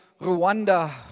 Rwanda